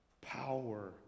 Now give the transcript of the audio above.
power